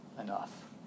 enough